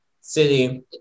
City